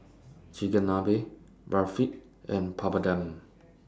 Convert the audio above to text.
Chigenabe Barfi and Papadum